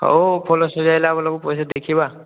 ହେଉ ଫୁଲ ସଜାଇଲା ବେଳକୁ ପଇସା ଦେଖିବା